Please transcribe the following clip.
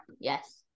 yes